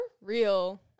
real